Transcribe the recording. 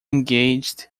engaged